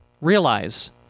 realize